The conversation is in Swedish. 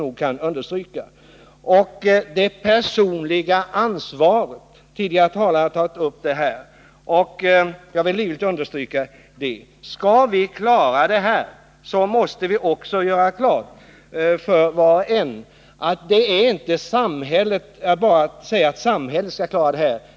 Också betydelsen av det personliga ansvar som tidigare talare har tagit upp vill jag livligt betona. För att vi skall klara denna uppgift måste vi göra klart för var och en att det inte räcker med att samhället träder in.